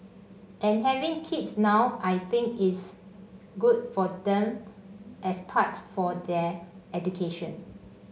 and having kids now I think it's good for them as part of their education